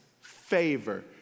favor